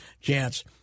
chance